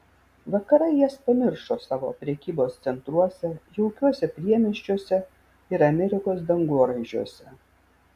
vakarai jas pamiršo savo prekybos centruose jaukiuose priemiesčiuose ir amerikos dangoraižiuose